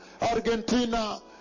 Argentina